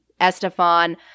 Estefan